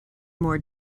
more